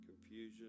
confusion